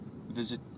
visit